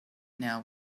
now